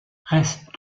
restent